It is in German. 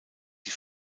die